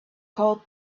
called